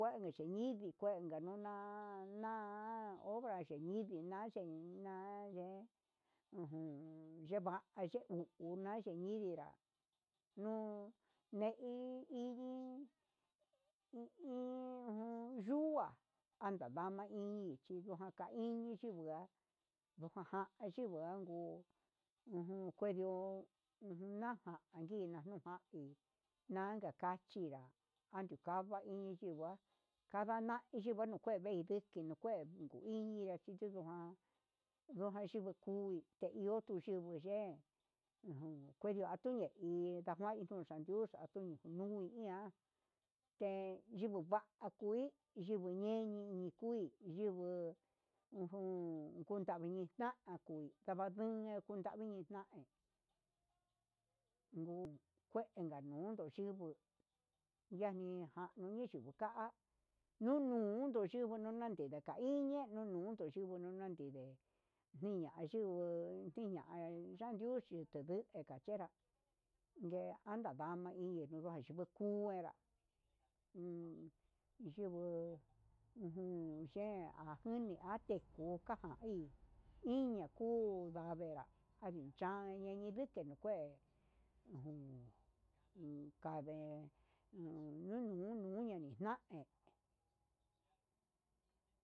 Kuenka xhiñindi kuenka nuna na'a obra xhinindi nayen ña nden ujun ye'e va yenun jun naye ñinrá uun ñei ñindi iin uun yua ana mana iin chindó jaka ini xhingua ndojajan chingue annguu ujun kuedio naja jí nanu janii naka chinrá andukana yingui chinhua kavana ndije nuu kuei vei ndije nuu kuei nuu kue iñi ndini nuchuku nguan ndojan chikui teji ndoju chuye'e jun kueni atuye hí ndekajuan ndengatuxhia xun uun iha he chivo'o kua he iin xhinguu ñeni ni'i kuii yenguu ujun juntavina ujun tanganruña kundavi ninai nguu kuenka nuu nduchibu yanija yunijuni ka'a, nunu unndu nuu xhibo nonanndé ndika iñe nunuñinde nunu tiña'a yanduchi tunguu ekoche nguu anda va'a an hi naxhindu kue enra uun yinguo ujun chen ajun jenika niko'o anda kuii iñi aningo unda venrá añe chain ngueñi nini nuu kué jun ukandé uu nuño'o nuningani na'e.